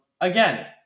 Again